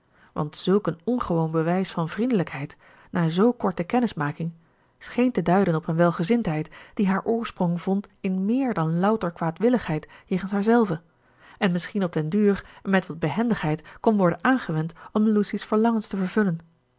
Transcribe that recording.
want zulk een ongewoon bewijs van vriendelijkheid na z korte kennismaking scheen te duiden op een welgezindheid die haar oorsprong vond in méér dan louter kwaadwilligheid jegens haarzelve en misschien op den duur en met wat behendigheid kon worden aangewend om lucy's verlangens te vervullen